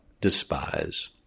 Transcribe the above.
despise